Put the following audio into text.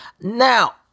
Now